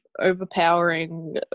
overpowering